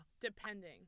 depending